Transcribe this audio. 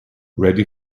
ready